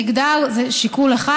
מגדר זה שיקול אחד,